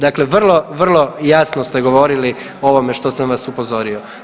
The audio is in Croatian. Dakle, vrlo vrlo jasno ste govorili o ovome što sam vas upozorio.